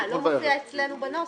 זה לא מופיע אצלנו בנוסח.